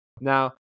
Now